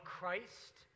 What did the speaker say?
Christ